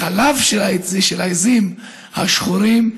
החלב של העיזים השחורות,